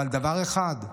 אבל דבר אחד,